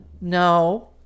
No